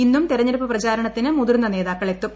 ഇന്നും തെരഞ്ഞെടുപ്പ് പ്രചാരണത്തിന് മുതിർന്ന നേതാക്കൾ എത്തും